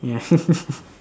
ya